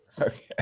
Okay